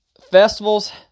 Festivals